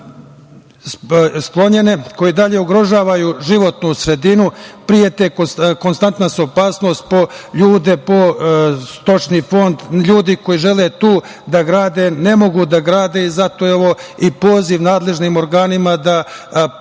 sklonjene, koje i dalje ugrožavaju životnu sredinu, prete, konstantna su opasnost po ljude, po stočni fond. Ljudi koji tu žele da grade ne mogu da grade i zato je ovo poziv nadležnim organima da posle